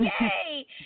yay